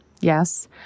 Yes